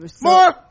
more